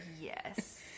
Yes